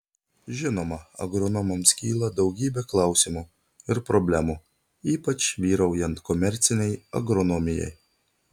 žinoma agronomams kyla daugybė klausimų ir problemų ypač vyraujant komercinei agronomijai